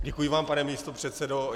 Děkuji vám, pane místopředsedo.